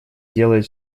делает